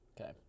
Okay